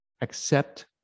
Accept